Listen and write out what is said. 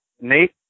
Nate